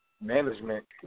management